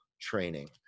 training